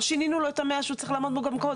לא שינינו לו את ה-100 שהוא צריך לעמוד בו גם קודם.